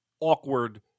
awkward